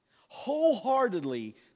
wholeheartedly